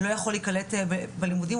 לא יכול להיקלט בלימודים,